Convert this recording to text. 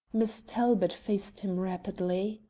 miss talbot faced him rapidly.